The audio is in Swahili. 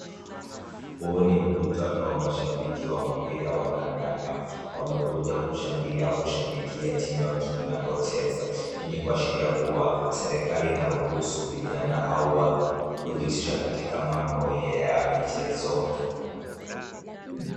Huu ni mkutano wa mashabiki wa mpira wa kandanda wamekuja kushangilia au kushabikia timu yao inapocheza hii ni kuashiria kuwa serikali inaruhusu vijana au watu kujihusisha katika mambo ya michezo.